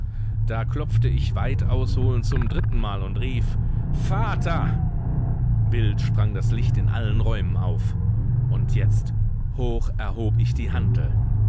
da klopfte ich weitausholend zum drittenmal und rief vater wild sprang das licht in allen räumen auf und jetzt hoch erhob ich die hantel